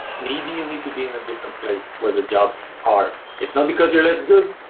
maybe you need to be in a different place where the jobs are. it's not because you're less good.